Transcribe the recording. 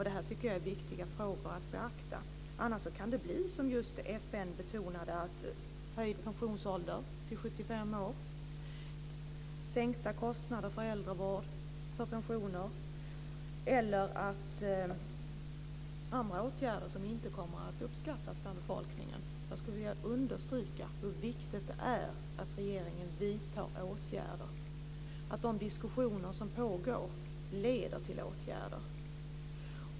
Det här tycker jag är viktiga frågor att beakta. Annars kan det bli som FN betonade - höjd pensionsålder till 75 år, sänkta kostnader för äldrevård och pensioner eller andra åtgärder som inte kommer att uppskattas bland befolkningen. Jag skulle vilja understryka hur viktigt det är att regeringen vidtar åtgärder och att de diskussioner som pågår leder till åtgärder.